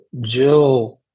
jill